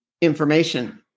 information